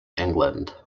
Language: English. england